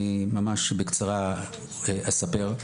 אני ממש בקצרה אספר.